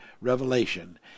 revelation